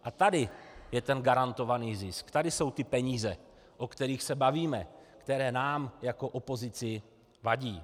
A tady je ten garantovaný zisk, tady jsou ty peníze, o kterých se bavíme, které nám jako opozici vadí.